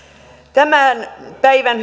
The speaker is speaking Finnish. tämän päivän